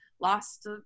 lost